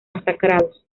masacrados